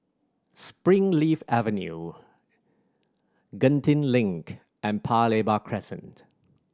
Springleaf Avenue Genting Link and Paya Lebar Crescent